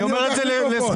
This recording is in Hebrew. אני אומר את זה לזכותך.